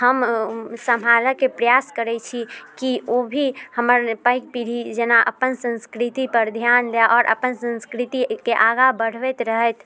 हम सम्हारऽके प्रयास करै छी की ओ भी हमर पैघ पीढ़ी जेना अपन संस्कृतिपर ध्यान दै आओर अपन संस्कृतिके आगाँ बढ़बैत रहथि